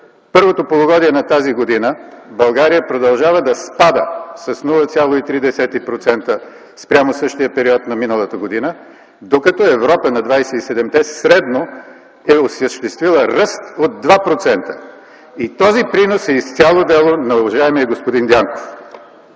първото полугодие на тази година България продължава да спада с 0,3% спрямо същия период на миналата година, докато Европа на 27-те средно е осъществила ръст от 2%. И този принос е изцяло дело на уважаемия господин Дянков.